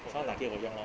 okay [what]